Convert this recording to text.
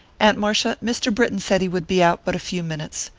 aunt marcia, mr. britton said he would be out but a few minutes.